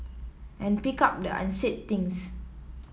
and pick up the unsaid things